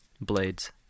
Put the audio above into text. blades